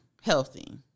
healthy